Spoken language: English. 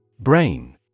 Brain